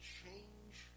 change